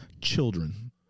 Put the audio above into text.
Children